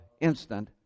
instant